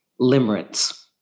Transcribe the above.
limerence